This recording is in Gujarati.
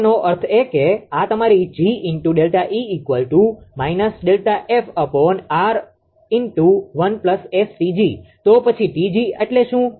તેનો અર્થ એ કે આ તમારી તો પછી 𝑇𝑔 એટલે શું